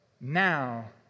Now